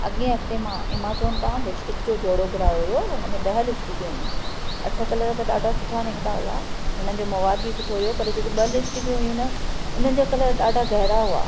अॻें हफ़्ते मां एमाज़ॉन तां लिपस्टिक जो जोड़ो घुरायो हुओ उनमें ॾह लिपस्टिकियूं हुयूं अठ कलर त ॾाढा सुठा निकिता हुआ उन्हनि जो मवादु बि सुठो हुओ पर जेकी ॿ लिपिस्टिकियूं हुयूं न उन्हनि जा कलर ॾाढा गहरा हुआ